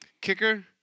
Kicker